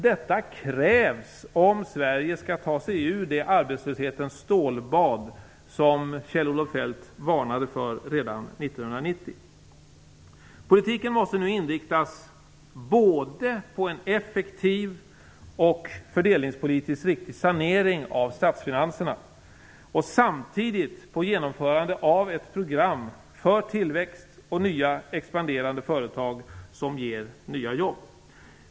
Detta krävs om Sverige skall ta sig ur det arbetslöshetens stålbad som Kjell-Olof Feldt varnade för redan Politiken måste nu inriktas både på en effektiv och fördelningspolitiskt riktig sanering av statsfinanserna och på genomförande av ett program för tillväxt och nya, expanderande företag, som ger nya jobb.